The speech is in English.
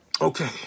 okay